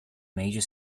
major